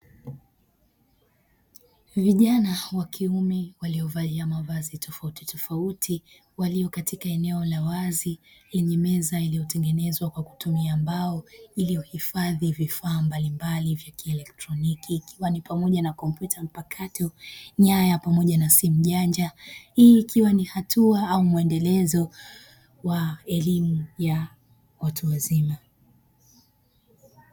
Vijana wa kiume waliovalia mavazi tofauti tofauti waliokatika eneo la wazi lenye meza iliyotengenezwa kwa kutumia mbao iliyohifadhi vifaa mbalimbali vya kielektroniki ikiwa ni pamoja na kompyuta mpakato, nyaya pamoja na simu janja. Hii ikiwa ni hatua au mwendelezo wa elimu ya watu wazima.